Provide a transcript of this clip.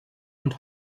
und